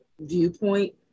viewpoint